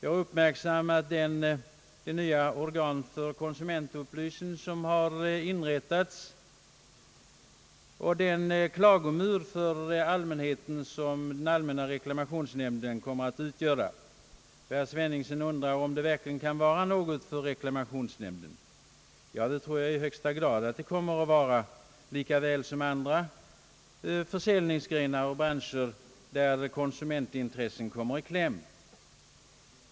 Vi har uppmärksammat det nya organ för konsumentupplysning som har inrättats och den klagomur för allmänheten som den allmänna reklamationsnämnden kommer att utgöra. Herr Sveningsson undrar om detta verkligen kan vara någonting för reklamationsnämnden. Ja, det tror jag att det kommer att vara i högsta grad lika väl som andra försäljningsgrenar och branscher där konsumentintressen kommer i kläm.